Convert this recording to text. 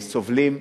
סובלים,